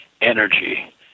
energy